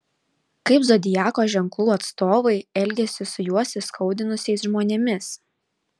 kaip zodiako ženklų atstovai elgiasi su juos įskaudinusiais žmonėmis